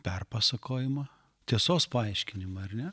perpasakojimą tiesos paaiškinimą ar ne